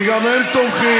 כי גם הם תומכים.